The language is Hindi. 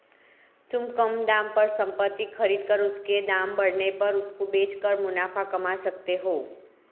तुम कम दाम पर संपत्ति खरीद कर उसके दाम बढ़ने पर उसको बेच कर मुनाफा कमा सकते हो